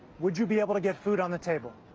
would you be able to get food on the table?